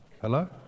Hello